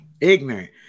Ignorant